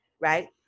right